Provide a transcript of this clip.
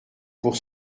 pour